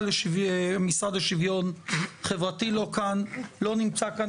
המשרד לרווחה ולביטחון החברתי ולא נמצא כאן,